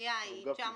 השנייה היא 950,